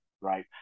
right